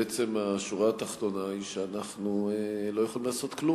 בעצם השורה התחתונה היא שאנחנו לא יכולים לעשות כלום,